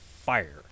fire